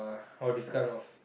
all this kind of